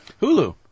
Hulu